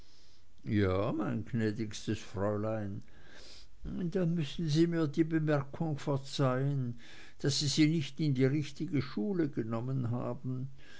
ja mein gnädiges fräulein dann müssen sie mir die bemerkung verzeihen daß sie sie nicht in die richtige schule genommen haben